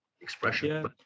Expression